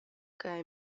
kaj